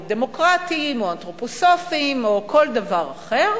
דמוקרטיים או אנתרופוסופיים או כל דבר אחר,